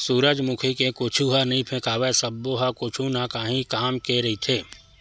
सूरजमुखी के कुछु ह नइ फेकावय सब्बो ह कुछु न काही काम के रहिथे